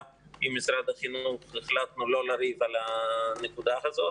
עם משרד החינוך החלטנו לא לריב על הנקודה הזאת.